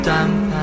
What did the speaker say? Damp